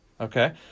okay